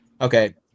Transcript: okay